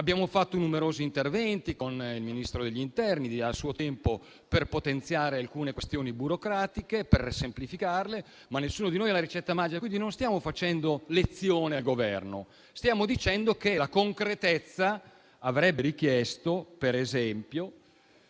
abbiamo fatto numerosi interventi con il Ministro dell'interno, a suo tempo, per potenziare alcune questioni burocratiche e per semplificarle, ma nessuno di noi ha la ricetta magica. Non stiamo quindi facendo lezione al Governo, ma stiamo dicendo che la concretezza avrebbe richiesto, ad esempio,